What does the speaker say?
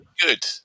good